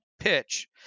pitch